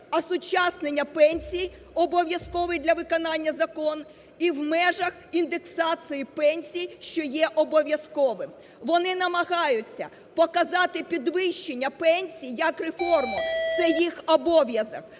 осучаснення пенсій, обов'язковий для виконання закон, і в межах індексації пенсій, що є обов'язковим. Вони намагаються показати підвищення пенсій як реформу, це їх обов'язок,